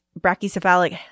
brachycephalic